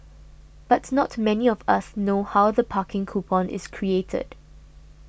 but not many of us know how the parking coupon is created